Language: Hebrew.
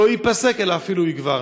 לא ייפסק אלא אפילו יגבר.